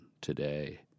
today